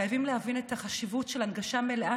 חייבים להבין את החשיבות של הנגשה מלאה